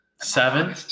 Seven